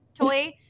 toy